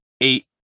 eight